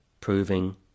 proving